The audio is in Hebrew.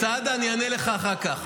סעדה, אני אענה לך אחר כך.